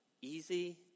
easy